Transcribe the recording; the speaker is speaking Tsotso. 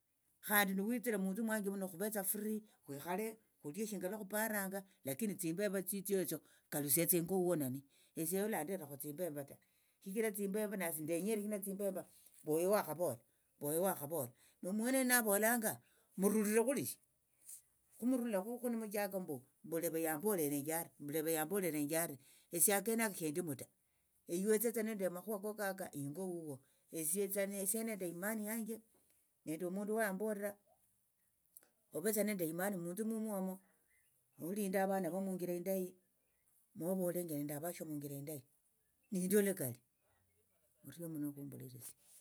Khandi nuwitsire munthu mwanje muno khuvetsa furii khwikhale khulie shinga lwakhuparanga lakini tsimbemba tsitsio etso kalusiatsa ingo huo nani esie olanderakho tsimbemba ta shichira tsimbemba nasie ndenyere shina tsimbemba mbo oyo wakhavola mbo oyo wakhavola nomwenoyo navolanga murulire khulishi khumurulakhu khunimuchaka mbu leve yambolerenje ari mbu leve yambolerenje ari esie akenaka shendimu ta eiwe tsiatsa nende amakhuwa koko aka ingo huo esiatsa esie endi nende imani yanje nende omundu wayambolera ovetsa nende imani munthu mumwo omo molinde avana vovo munjira indayi movolenje nende avashio munjira indayi nindio lokula orio muno okhumbulirisia.